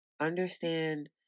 Understand